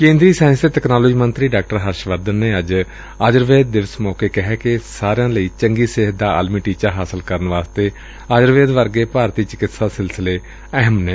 ਕੇਂਦਰੀ ਸਾਇੰਸ ਤੇ ਤਕਨਾਲੋਜੀ ਮੰਤਰੀ ਡਾ ਹਰਸ਼ ਵਰਧਨ ਨੇ ਅੱਜ ਆਯੁਰਵੈਦ ਦਿਵਸ ਮੌਕੇ ਕਿਹੈ ਕਿ ਸਾਰਿਆਂ ਲਈ ਚੰਗੀ ਸਿਹਤ ਦਾ ਆਲਮੀ ਟੀਚਾ ਹਾਸਲ ਕਰਨ ਲਈ ਆਯੁਰਵੇਦ ਵਰਗੇ ਭਾਰਤੀ ਚਕਿਤਸਾ ਸਿਲਸਿਲੇ ਅਹਿਮ ਨੇ